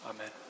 Amen